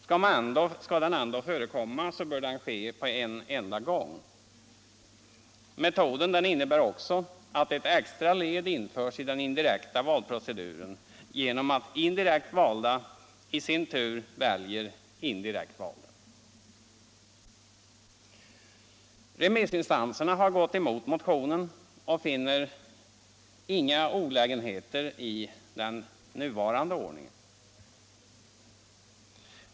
Skall den ändå förekomma bör den ske på en gång. Metoden innebär ändå att ett extra led införs i den indirekta valproceduren genom att indirekt valda i sin tur väljer indirekt valda. Remissinstanserna har gått emot motionen och finner inga olägenheter i den nuvarande ordningen.